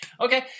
Okay